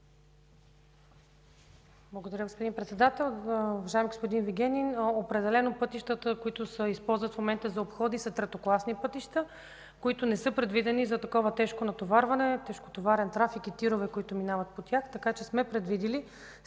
Благодаря, господин Председател. Уважаеми господин Вигенин, определено пътищата, които в момента се използват за обходи са третокласни пътища, които не са предвидени за такова тежко натоварване – на тежкотоварен трафик и на тирове, които минават по тях. Така че сме предвидили след